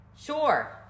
Sure